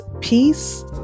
peace